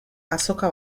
azoka